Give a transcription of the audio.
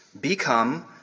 become